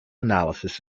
analysis